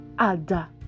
Ada